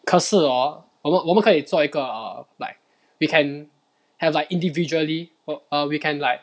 可是 orh 我们我们可以做一个 err like we can have like individually err we can like